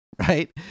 Right